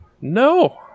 no